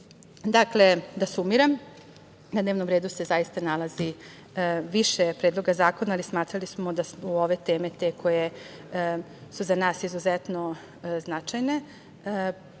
da sumiram, na dnevnom redu se zaista nalazi više predloga zakona, ali smatrali smo da su ove teme te koje su za nas izuzetno značajne. Mi